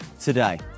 today